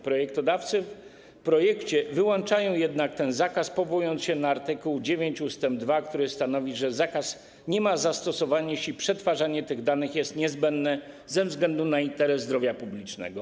Projektodawcy w projekcie wyłączają jednak ten zakaz, powołując się na art. 9 ust. 2, który stanowi, że zakaz nie ma zastosowania, jeśli przetwarzanie tych danych jest niezbędne ze względu na interes zdrowia publicznego.